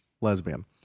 lesbian